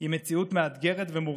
עם מציאות מאתגרת ומורכבת.